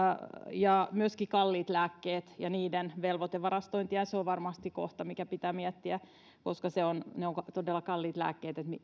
ja myöskin kalliit lääkkeet ja niiden velvoitevarastointi se on varmasti kohta mikä pitää miettiä miten se kaikkia niitä koskee koska ne ovat todella kalliita lääkkeitä